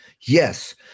yes